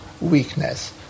weakness